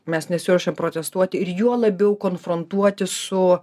mes nesiruošiam protestuoti ir juo labiau konfrontuoti su